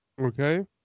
Okay